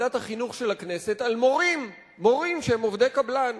בוועדת החינוך של הכנסת על מורים שהם עובדי קבלן.